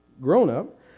grown-up